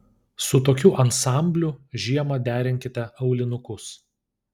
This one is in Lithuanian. su tokiu ansambliu žiemą derinkite aulinukus